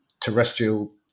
terrestrial